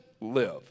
live